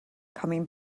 coming